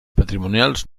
patrimonials